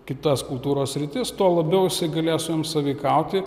kitas kultūros sritis tuo labiau jisai galės su jom sąveikauti